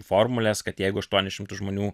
formules kad jeigu aštuonis šimtus žmonių